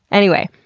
anyway,